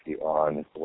on